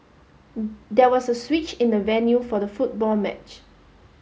there was a switch in the venue for the football match